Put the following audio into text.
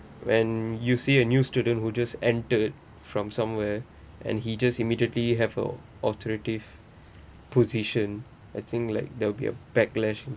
when you see a new student who just entered from somewhere and he just immediately have a alternative position I think like there'll be a backlash